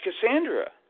Cassandra